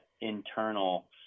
internal